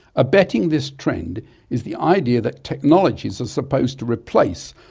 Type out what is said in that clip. abetting this trend is the idea that technologies are supposed to replace,